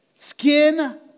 Skin